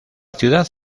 ciudad